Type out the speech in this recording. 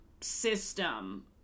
system